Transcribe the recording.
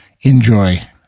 Enjoy